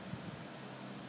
不用管他的所以